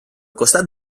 costat